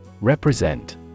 Represent